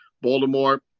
Baltimore